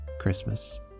Christmas